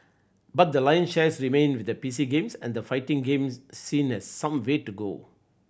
but the lion's shares remained with the P C games and the fighting games scene that some way to go